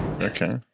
Okay